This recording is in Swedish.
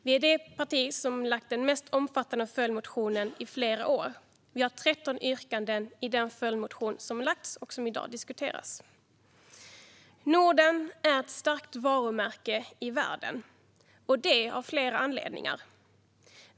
Vi är det parti som har haft den mest omfattande följdmotionen i flera år. Vi har 13 yrkanden i den följdmotion som väckts och som i dag diskuteras. Norden är ett starkt varumärke i världen, och detta av flera anledningar.